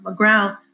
McGraw